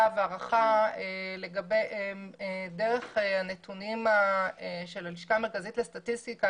והערכה דרך הנתונים של הלשכה המרכזית לסטטיסטיקה